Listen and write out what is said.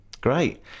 Great